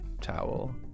towel